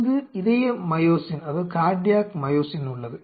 இங்கு இதய மையோசின் உள்ளது